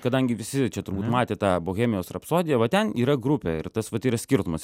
kadangi visi čia turbūt matė tą bohemijos rapsodiją va ten yra grupė ir tas vat yra skirtumas